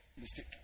mistake